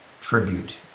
tribute